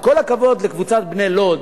עם כל הכבוד לקבוצת "בני לוד"